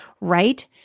right